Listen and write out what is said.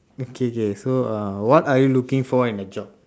okay okay so uh what are you looking for in a job